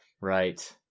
right